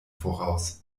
voraus